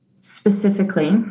specifically